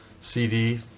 CD